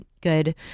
good